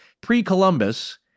Pre-Columbus